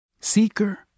Seeker